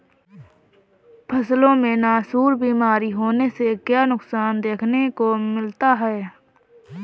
फसलों में नासूर बीमारी होने से क्या नुकसान देखने को मिलता है?